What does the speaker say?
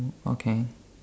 okay